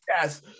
Yes